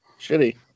Shitty